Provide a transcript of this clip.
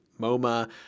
MoMA